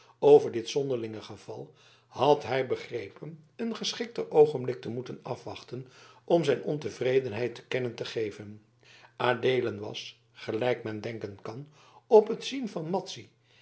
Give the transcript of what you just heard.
over dit zonderling geval had hij begrepen een geschikter oogenblik te moeten afwachten om zijn ontevredenheid te kennen te geven adeelen was gelijk men denken kan op het zien van